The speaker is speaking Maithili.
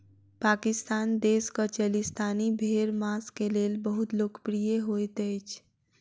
पाकिस्तान देशक चोलिस्तानी भेड़ मांस के लेल बहुत लोकप्रिय होइत अछि